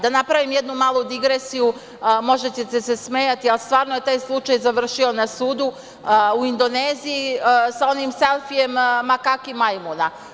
Da napravim jednu malu digresiju, možda ćete se smejati, ali stvarno je taj slučaj završio na sudu u Indoneziji sa onim selfijem makaki majmuna.